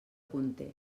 conté